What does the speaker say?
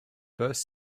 first